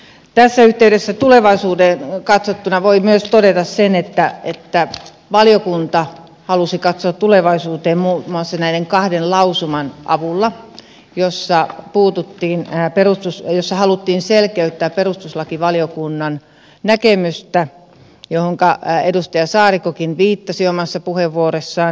tässä yhteydessä tulevaisuuteen katsottuna voi myös todeta sen että valiokunta halusi katsoa tulevaisuuteen muun muassa näiden kahden lausuman avulla joissa haluttiin selkeyttää perustuslakivaliokunnan näkemystä johon edustaja saarikkokin viittasi omassa puheenvuorossaan